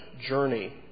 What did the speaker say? journey